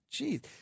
Jeez